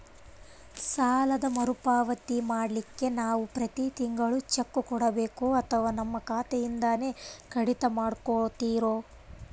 ಸಾಲದ ಮರುಪಾವತಿ ಮಾಡ್ಲಿಕ್ಕೆ ನಾವು ಪ್ರತಿ ತಿಂಗಳು ಚೆಕ್ಕು ಕೊಡಬೇಕೋ ಅಥವಾ ನಮ್ಮ ಖಾತೆಯಿಂದನೆ ಕಡಿತ ಮಾಡ್ಕೊತಿರೋ?